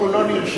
אם הוא לא נרשם,